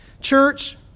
Church